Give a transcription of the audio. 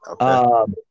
Okay